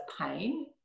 pain